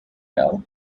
hell